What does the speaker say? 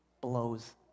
blows